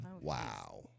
Wow